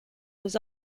was